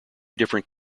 different